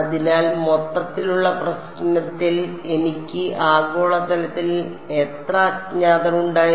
അതിനാൽ മൊത്തത്തിലുള്ള പ്രശ്നത്തിൽ എനിക്ക് ആഗോളതലത്തിൽ എത്ര അജ്ഞാതർ ഉണ്ടായിരുന്നു